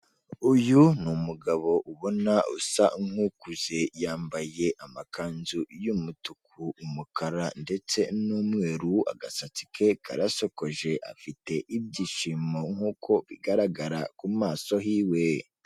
Uyu ni umugabo ubona usa nk'ukuze, yambaye amakanzu y'umutuku, umukara ndetse n'umweru, agasatsi ke karasokoje, afite ibyishimo nkuko bigaragara ku maso hiwe.